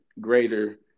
greater